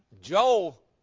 Joel